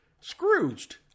Scrooged